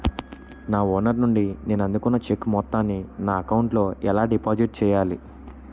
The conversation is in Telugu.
నా ఓనర్ నుండి నేను అందుకున్న చెక్కు మొత్తాన్ని నా అకౌంట్ లోఎలా డిపాజిట్ చేయాలి?